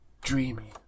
dreamy